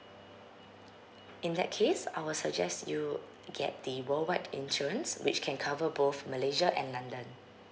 in that case I will suggest you get the world wide insurance which can cover both malaysia and london